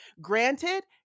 Granted